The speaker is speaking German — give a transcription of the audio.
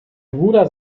bruder